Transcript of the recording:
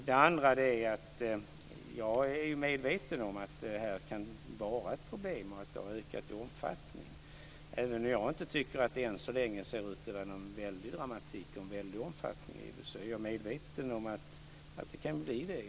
Det andra är att jag är medveten om att det här kan vara ett problem och att det har ökat i omfattning. Även om jag inte tycker att det än så länge ser ut att vara någon väldig dramatik och omfattning är jag medveten om att det kan bli det.